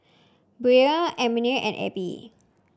Brion Almina and Abbie